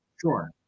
sure